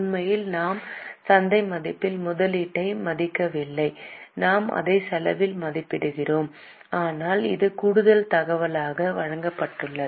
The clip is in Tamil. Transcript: உண்மையில் நாம் சந்தை மதிப்பில் முதலீட்டை மதிக்கவில்லை நாம் அதை செலவில் மதிப்பிடுகிறோம் ஆனால் இது கூடுதல் தகவலாக வழங்கப்படுகிறது